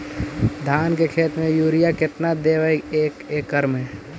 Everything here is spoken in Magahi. धान के खेत में युरिया केतना देबै एक एकड़ में?